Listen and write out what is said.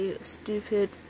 stupid